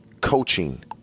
coaching